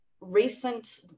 recent